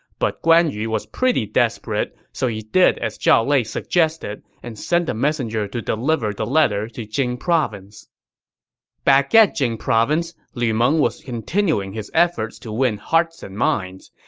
but guan yu was pretty desperate, so he did as zhao lei suggested and sent a messenger to deliver the letter to jing province back at jing province, lu meng was continuing his efforts to win hearts and minds.